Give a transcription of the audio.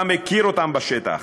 אתה מכיר אותן בשטח.